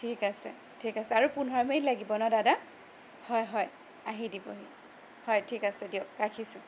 ঠিক আছে ঠিক আছে আৰু পোন্ধৰ মিনিট লাগিব ন দাদা হয় হয় আহি দিবহি হয় ঠিক আছে দিয়ক ৰাখিছোঁ